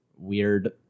weird